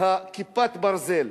"כיפת ברזל",